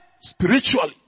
spiritually